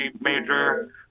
major